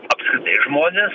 apskritai žmonės